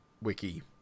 wiki